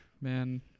Man